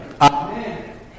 Amen